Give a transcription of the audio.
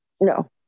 No